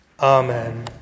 Amen